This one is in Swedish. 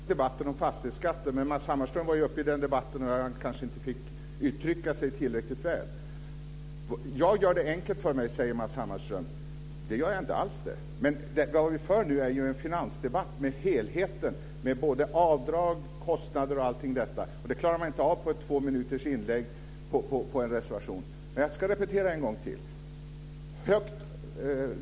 Fru talman! Jag trodde att vi hade avslutat debatten om fastighetsskatten, men Matz Hammarström fick kanske inte när han var uppe i den debatten uttrycka sig tillräckligt väl. Jag gör det enkelt för mig, säger Matz Hammarström. Det gör jag inte alls det. Men det vi för nu är ju en finansdebatt om helheten, både avdrag och kostnader. Det klarar man inte av under ett två minuters inlägg i en replik. Men jag ska repetera en gång till.